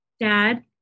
dad